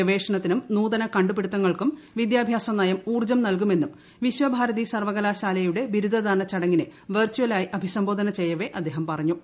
ഗവേഷണത്തിനും നൂതന് കണ്ടുപിടുത്തങ്ങൾക്കും വിദ്യാഭ്യാസ നയം ഊർജ്ജം നൽകുമെന്നും വിശ്വഭാരതി സർവ്വകലാശാലയുടെ ബിരുദദാന ചടങ്ങിനെ വെർച്ചലായി അഭിസംബോധന ചെയ്യവെ അദ്ദേഹം പറഞ്ഞു